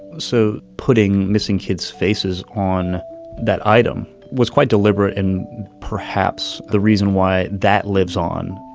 so, putting missing kids faces on that item was quite deliberate and perhaps the reason why that lives on